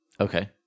Okay